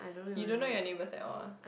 you don't know your neighbours at all ah